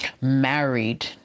married